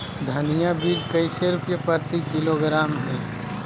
धनिया बीज कैसे रुपए प्रति किलोग्राम है?